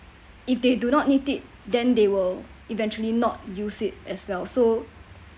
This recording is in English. if they do not need it then they will eventually not use it as well so